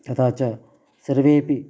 तथा च सर्वेऽपि